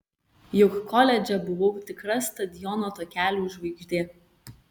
juk koledže buvau tikra stadiono takelių žvaigždė